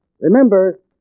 Remember